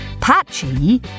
Patchy